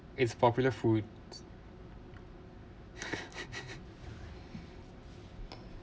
it's popular food